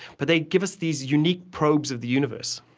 but they give us these unique probes of the universe.